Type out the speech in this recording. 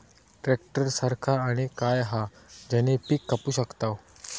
Tractor सारखा आणि काय हा ज्याने पीका कापू शकताव?